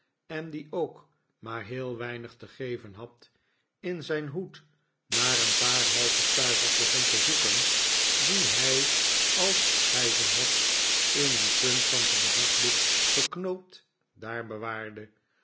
en die ook maar heel weinig te geven had in zijn hoed naar een paar halve stuivers begon te zoeken die hij als hij ze had in een punt van zijn zakdoek geknoopt daar bewaarde